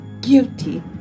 guilty